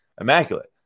Immaculate